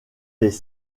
des